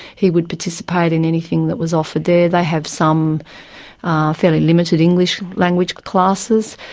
he would participate in anything that was offered there. they have some fairly limited english language classes.